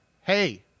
hey